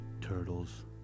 turtles